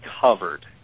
covered